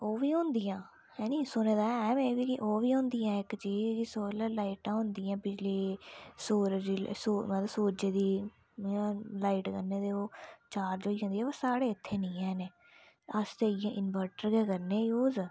ओह् बी होन्दियां हैनी सुने दा ऐ कि मै ओह् बी होन्दियां इक चीज़ सोलर लाइटां होंदियां बिजली सूरज दी मतलब सूरज दी इयां लाइट कन्नै ते ओह् चार्ज होई जंदी पर साढ़े इत्थें नेईं हैन अस ते इ'यै इन्वर्टर गै करने यूज़